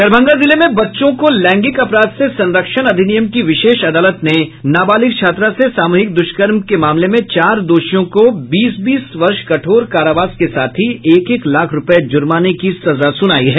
दरभंगा जिले में बच्चों को लैंगिक अपराध से संरक्षण अधिनियम की विशेष अदालत ने नाबालिग छात्रा से सामूहिक दुष्कर्म के मामले में चार दोषियों को बीस बीस वर्ष कठोर कारावास के साथ ही एक एक लाख रुपये जुर्माने की सजा सुनाई है